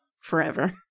Forever